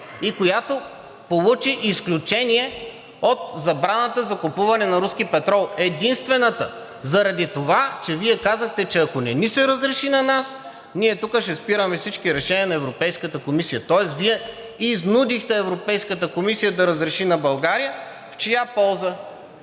и която получи изключение от забраната за купуване на руски петрол. Единствената! Заради това, че Вие казахте, че ако не ни се разреши на нас, ние тук ще спираме всички решения на Европейската комисия. Тоест Вие изнудихте Европейската комисия да разреши на България. В чия полза?!